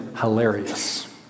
hilarious